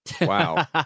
Wow